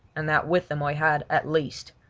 and that with them i had, at least,